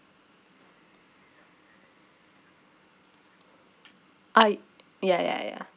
ah ya ya ya